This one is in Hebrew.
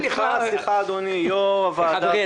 סליחה, אדוני, יושב-ראש הוועדה ביקש.